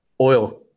oil